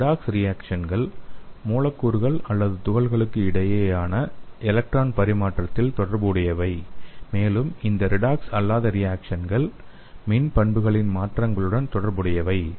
redox ரியேக்சன்கள் மூலக்கூறுகள் அல்லது துகள்களுக்கு இடையேயான எலக்ட்ரான்கள் பரிமாற்றத்தில் தொடர்புடையவை மேலும் இந்த ரெடாக்ஸ் அல்லாத ரியேக்சன்கள் மின் பண்புகளின் மாற்றங்களுடன் தொடர்புடையவை